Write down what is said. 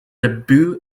debut